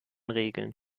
regeln